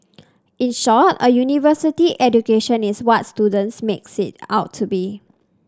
in short a university education is what students makes it out to be